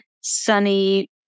Sunny